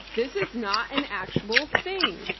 this is not an actual thing.